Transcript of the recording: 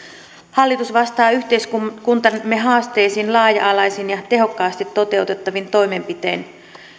hallitus vastaa yhteiskuntamme haasteisiin laaja alaisin ja tehokkaasti toteutettavin toimenpitein